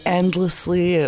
endlessly